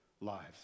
lives